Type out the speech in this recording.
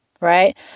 right